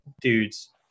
dudes